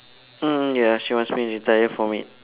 um ya she wants me to retire from it